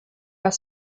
jag